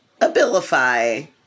abilify